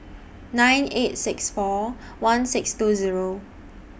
nine eight six four one six two Zero